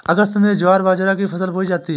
अगस्त में ज्वार बाजरा की फसल बोई जाती हैं